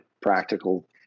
practical